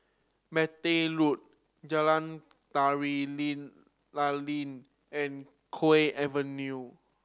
Bartley Road Jalan Tari Lilin and Kew Avenue